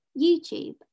YouTube